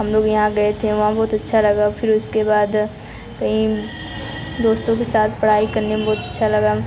हम लोग यहाँ गए थे वहाँ बहुत अच्छा लगा फिर उसके बाद कहीं दोस्तों के साथ पढ़ाई करने में बहुत अच्छा लगा